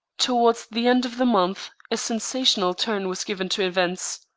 towards the end of the month a sensational turn was given to events.